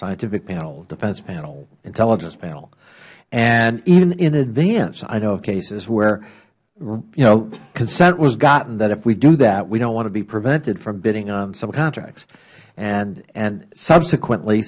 scientific panel defense panel intelligence panel and even in advance i know of cases where consent was gotten that if we do that we dont want to be prevented from bidding on some contracts subsequently